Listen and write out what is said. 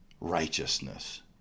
righteousness